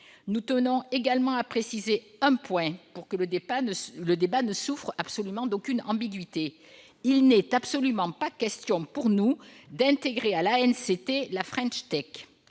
Nous tenons également à préciser un point, pour que le débat ne souffre d'aucune ambiguïté : il n'est absolument pas question pour nous d'intégrer à l'ANCT la French Tech.